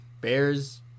bears